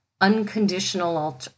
unconditional